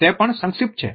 તે પણ સંક્ષિપ્ત છે